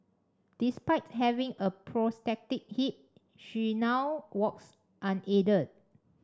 despite having a prosthetic hip she now walks unaided